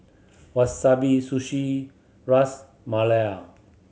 Wasabi Sushi Ras Malai